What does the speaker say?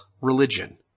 religion